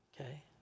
okay